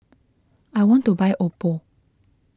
I want to buy Oppo